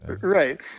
Right